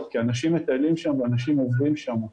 כי אנשים מטיילים שם ואנשים עוברים שם.